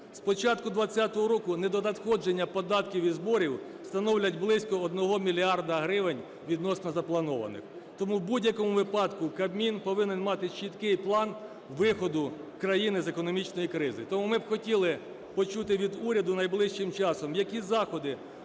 Спочатку 20-го року недонадходження податків і зборів становлять близько одного мільярда гривень відносно запланованих. Тому, в будь-якому випадку Кабмін повинен мати чіткий пан виходу країни з економічної кризи. Тому ми б хотіли почути від уряду найближчим часом: які заходи